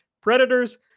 predators